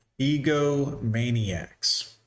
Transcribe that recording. Egomaniacs